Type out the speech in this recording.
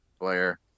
player